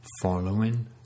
following